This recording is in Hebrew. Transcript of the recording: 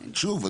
שוב,